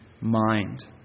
mind